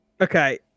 okay